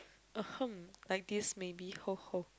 ahem like this maybe [ho] [ho]